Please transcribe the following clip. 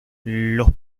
los